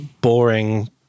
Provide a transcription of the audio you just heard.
boring